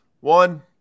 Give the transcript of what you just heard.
One